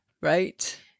right